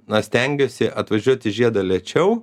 na stengiuosi atvažiuot į žiedą lėčiau